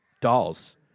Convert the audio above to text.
dolls